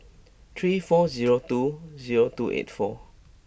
three four zero two zero two eight four